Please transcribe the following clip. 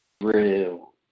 real